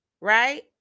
right